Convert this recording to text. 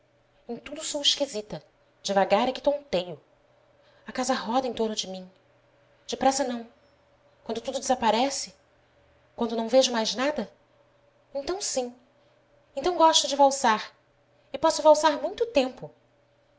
em tudo sou esquisita devagar é que tonteio a casa roda em torno de mim depressa não quando tudo desaparece quando não vejo mais nada então sim então gosto de valsar e posso valsar muito tempo